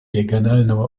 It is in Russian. регионального